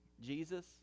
Jesus